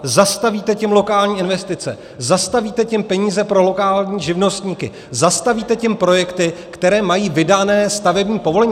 Zastavíte tím lokální investice, zastavíte tím peníze pro lokální živnostníky, zastavíte tím projekty, které mají vydané stavební povolení.